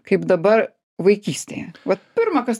kaip dabar vaikystėje vat pirma kas